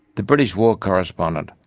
the british war correspondent,